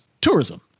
tourism